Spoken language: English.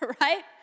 Right